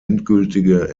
endgültige